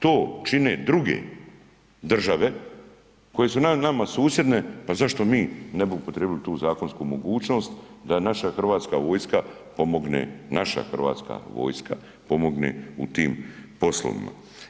Ako to čine druge države koje su nama susjedne, pa zašto mi ne bi upotrijebili tu zakonsku mogućnost da naša hrvatska vojska pomogne, naša hrvatska vojska pomogne u tim poslovima.